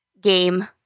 game